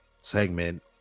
segment